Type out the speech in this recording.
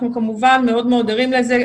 אנחנו כמובן מאוד ערים לזה.